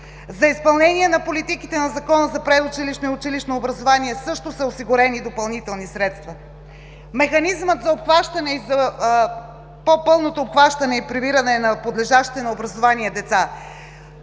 За изпълнение на политиките на Закона за предучилищно и училищно образование също са осигурени допълнителни средства – механизмът за по-пълното обхващане и прибиране на подлежащите на образование деца.